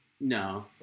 No